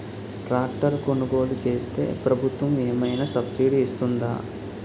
Tractor కొనుగోలు చేస్తే ప్రభుత్వం ఏమైనా సబ్సిడీ ఇస్తుందా?